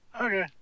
Okay